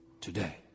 today